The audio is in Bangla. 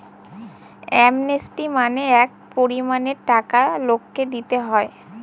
অ্যামনেস্টি মানে এক পরিমানের টাকা লোককে দিতে হয়